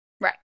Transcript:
Right